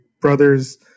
brother's